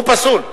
הוא פסול.